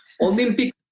Olympic